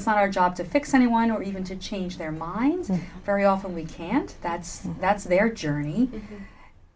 it's not our job to fix anyone or even to change their minds and very often we can't that's that's their journey